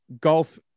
golf